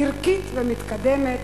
ערכית ומתקדמת,